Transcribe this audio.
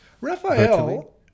Raphael